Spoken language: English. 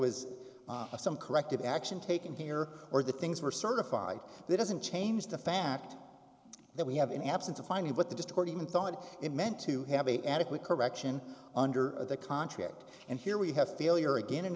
was some corrective action taken here or the things were certified that doesn't change the fact that we have an absence of finding what the discord even thought it meant to have a adequate correction under the contract and here we have failure again and